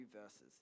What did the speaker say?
verses